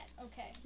okay